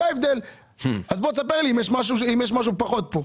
זה ההבדל, אז בוא תספר לי אם יש משהו פחות פה.